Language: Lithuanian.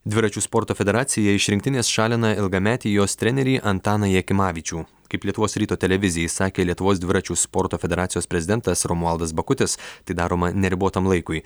dviračių sporto federacija iš rinktinės šalina ilgametį jos trenerį antaną jakimavičių kaip lietuvos ryto televizijai sakė lietuvos dviračių sporto federacijos prezidentas romualdas bakutis tai daroma neribotam laikui